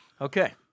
Okay